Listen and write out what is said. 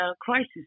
crisis